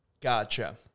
Gotcha